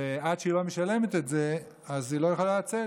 ועד שהיא לא משלמת את זה היא לא יכולה לצאת.